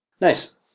Nice